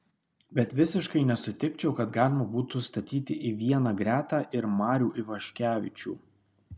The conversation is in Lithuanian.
bet visiškai nesutikčiau kad galima būtų statyti į vieną gretą ir marių ivaškevičių